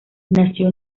nació